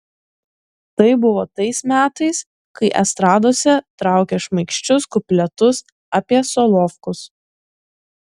tai buvo tais metais kai estradose traukė šmaikščius kupletus apie solovkus